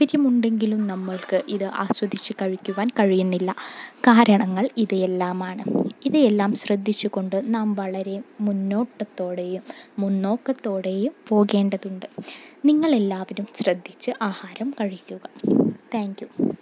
താൽപ്പര്യമുണ്ടെങ്കിലും നമ്മൾക്ക് ഇത് ആസ്വദിച്ച് കഴിക്കുവാൻ കഴിയുന്നില്ല കാരണങ്ങൾ ഇതെല്ലാമാണ് ഇതെല്ലാം ശ്രദ്ധിച്ചുകൊണ്ട് നാം വളരെ മുന്നോട്ടത്തോടെയും മുന്നോക്കത്തോടെയും പോകേണ്ടതുണ്ട് നിങ്ങളെല്ലാവരും ശ്രദ്ധിച്ച് ആഹാരം കഴിക്കുക താങ്ക് യൂ